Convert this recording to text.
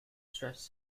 stressed